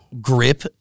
grip